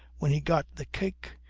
when he got the cake,